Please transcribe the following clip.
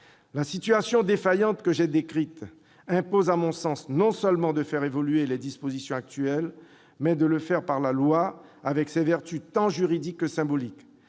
la situation de défaillance que j'ai décrite impose non seulement de faire évoluer les dispositions actuelles, mais de le faire par la loi, avec ses vertus tant juridiques que symboliques.